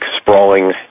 sprawling